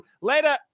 Later